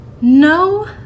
No